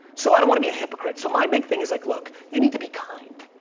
so i don't want to be a hypocrite. so my big thing is like look, you need to be kind.